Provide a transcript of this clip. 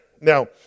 Now